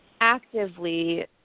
actively